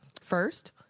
first